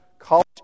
College